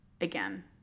again